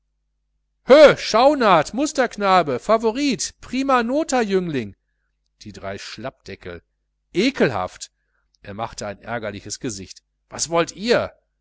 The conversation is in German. schaunard musterknabe favorit prima nota jüngling die drei schlappdeckel ekelhaft er machte ein ärgerliches gesicht was wollt ihr